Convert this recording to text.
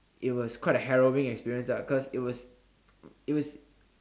it was quite a harrowing experience ah cause it was it was